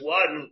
one